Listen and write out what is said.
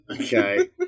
Okay